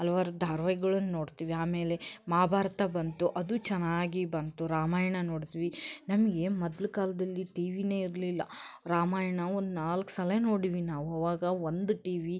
ಹಲವಾರು ಧಾರ್ವಾಹಿಗಳನ್ನು ನೋಡ್ತೀವಿ ಆಮೇಲೆ ಮಹಾಭಾರತ ಬಂತು ಅದು ಚೆನ್ನಾಗಿ ಬಂತು ರಾಮಾಯಣ ನೋಡ್ತೀವಿ ನಮಗೆ ಮೊದ್ಲ ಕಾಲದಲ್ಲಿ ಟಿವಿಯೇ ಇರಲಿಲ್ಲ ರಾಮಾಯಣ ಒಂದು ನಾಲ್ಕು ಸಲ ನೋಡೀವಿ ನಾವು ಅವಾಗ ಒಂದು ಟಿವಿ